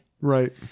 Right